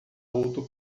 outro